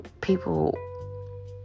people